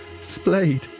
splayed